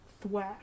Thwack